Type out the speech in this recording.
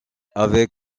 avec